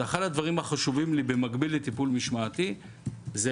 אחד הדברים החשובים לי במקביל לטיפול משמעתי זה